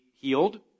healed